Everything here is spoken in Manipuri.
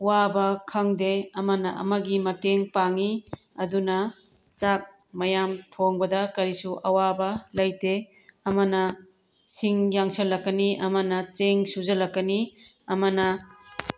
ꯋꯥꯕ ꯈꯪꯗꯦ ꯑꯃꯅ ꯑꯃꯒꯤ ꯃꯇꯦꯡ ꯄꯥꯡꯉꯤ ꯑꯗꯨꯅ ꯆꯥꯛ ꯃꯌꯥꯝ ꯊꯣꯡꯕꯗ ꯀꯔꯤꯁꯨ ꯑꯋꯥꯕ ꯂꯩꯇꯦ ꯑꯃꯅ ꯁꯤꯡ ꯌꯥꯡꯁꯜꯂꯛꯀꯅꯤ ꯑꯃꯅ ꯆꯦꯡ ꯁꯨꯖꯜꯂꯛꯀꯅꯤ ꯑꯃꯅ